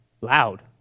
loud